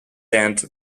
end